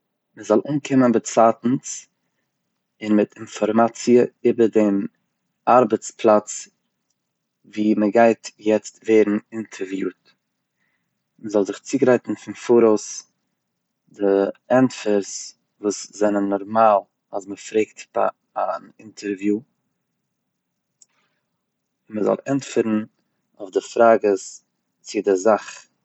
מ'זאל אנקומען באצייטנס און מיט אינפארמאציע איבער דעם ארבעטס פלאץ ווי מען גייט יעצט ווערן אינטערוויוד, מ'זאל זיך צוגרייטן פון פאראויס די ענטפערס וואס זענען נארמאל אז מען פרעגט ביי א אינטערוויו, מ'זאל ענטפערן די פראגעס צו די פראגעס צו די זאך.